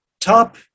top